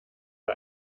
bei